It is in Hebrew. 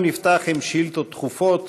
אנחנו נפתח עם שאילתות דחופות.